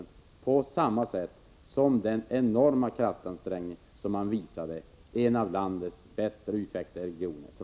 Man skulle ha gjort på samma sätt som när det gäller den enorma kraftansträngning man trots allt gör i en av landets bättre utvecklade regioner.